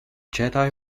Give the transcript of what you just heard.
jedi